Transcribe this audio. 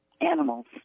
animals